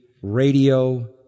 radio